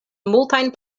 multajn